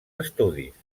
estudis